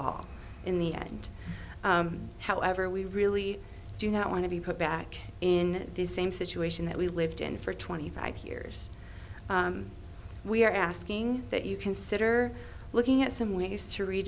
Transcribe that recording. all in the end however we really do not want to be put back in the same situation that we've lived in for twenty five years we are asking that you consider looking at some ways to re